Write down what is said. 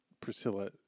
Priscilla